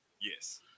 yes